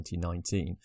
2019